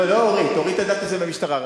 לא אורית, אורית אדטו היא במשטרה.